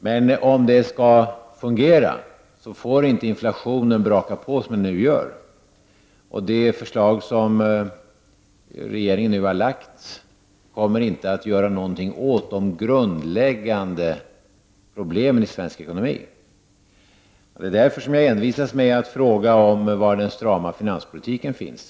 Men om det nya systemet skall fungera får inte inflationen braka på som den nu gör. Det förslag som regeringen nu har lagt fram kommer inte att göra någonting åt de grundläggande problemen i svensk ekonomi. Det är därför som jag envisas med att fråga var den strama finanspolitiken finns.